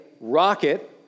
rocket